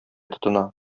тотына